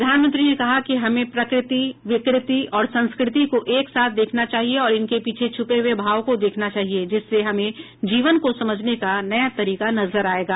प्रधानमंत्री ने कहा कि हमें प्रकृति विकृति और संस्कृति को एक साथ देखना चाहिए और इनके पीछे छुपे हुए भावों को देखना चाहिए जिससे हमें जीवन को समझने का नया तरीका नजर आयेगा